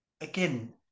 again